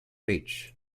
beach